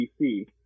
DC